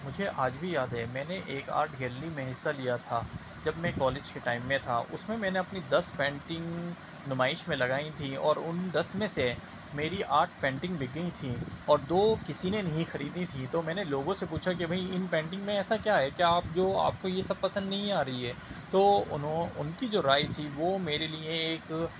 مجھے آج بھی یاد ہے میں نے ایک آرٹ گیلری میں حصہ لیا تھا جب میں کالج کے ٹائم میں تھا اس میں میں نے اپنی دس پینٹنگ نمائش میں لگائی تھیں اور ان دس میں سے میری آٹھ پینٹنگ بک گئی تھیں اور دو کسی نے نہیں خریدی تھیں تو میں نے لوگوں سے پوچھا کہ بھائی ان پینٹنگ میں ایسا کیا ہے کہ آپ جو آپ کو یہ سب پسند نہیں آ رہی ہے تو انہوں ان کی جو رائے تھی وہ میرے لیے ایک